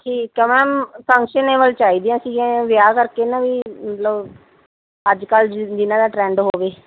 ਠੀਕ ਹੈ ma'am fashionable ਚਾਹੀਦੀਆਂ ਸੀ ਵਿਆਹ ਕਰਕੇ ਨਾ ਵੀ ਮਤਲਬ ਅੱਜ ਕੱਲ੍ਹ ਜਿਨ੍ਹਾਂ ਦਾ ਟਰੈਂਡ ਹੋਵੇ